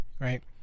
right